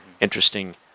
Interesting